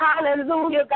hallelujah